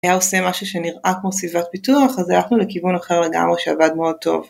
היה עושה משהו שנראה כמו סביבת פיתוח אז הלכנו לכיוון אחר לגמרי שעבד מאוד טוב